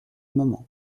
moment